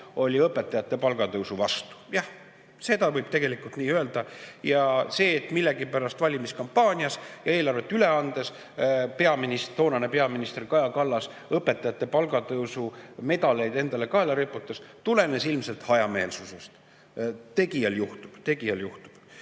lohe õpetajate palgatõusu vastu. Jah, seda võib tegelikult nii öelda. See, et millegipärast valimiskampaanias ja eelarvet üle andes toonane peaminister Kaja Kallas õpetajate palgatõusu medaleid endale kaela riputas, tulenes ilmselt hajameelsusest. Tegijal juhtub, tegijal juhtub.